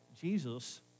Jesus